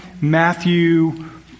Matthew